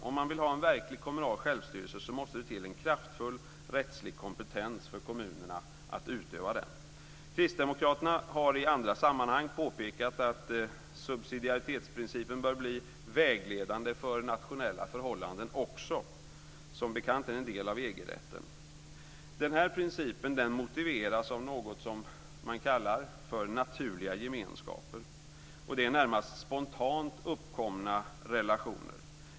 Om man vill ha en verklig kommunal självstyrelse så måste det till en kraftfull rättslig kompetens för kommunerna att utöva den. Kristdemokraterna har i andra sammanhang påpekat att subsidiaritetsprincipen bör bli vägledande för nationella förhållanden också. Som bekant är den en del av EG-rätten. Den här principen motiveras av något som man kallar för naturliga gemenskaper. Och det är närmast spontant uppkomna relationer.